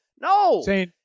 no